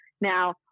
Now